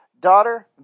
daughter